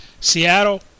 Seattle